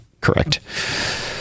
Correct